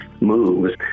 moves